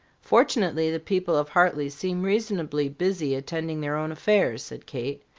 fortunately, the people of hartley seem reasonably busy attending their own affairs, said kate.